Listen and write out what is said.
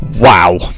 Wow